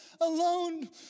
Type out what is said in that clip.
alone